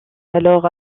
alors